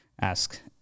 Ask